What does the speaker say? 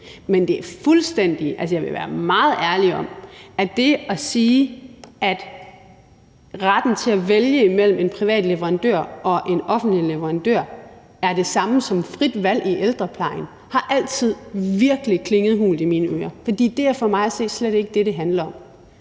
og det at sige, at retten til at vælge mellem en privat leverandør og en offentlig leverandør er det samme som frit valg i ældreplejen, har altid klinget virkelig hult i mine ører, for det er for mig at se slet ikke det, det handler om.